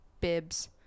bibs